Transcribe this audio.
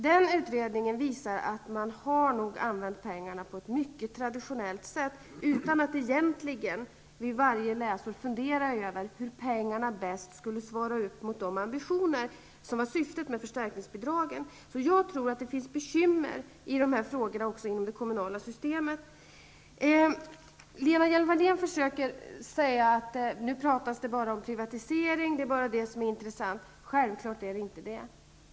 Den utredningen visar att man nog har använt pengarna på ett mycket traditionellt sätt utan att i egentligen vid varje läsår fundera över hur pengarna bäst skulle användas för att det skulle motsvara de ambitioner som var syftet med förstärkningsbidragen. Jag tror därför att det finns bekymmer med de här sakerna också inom det kommunala systemet. Lena Hjelm-Wallén försöker säga att det nu pratas bara om privatisering -- det är bara det som är intressant. Självfallet är det inte så.